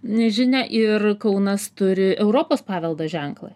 nežinią ir kaunas turi europos paveldo ženklą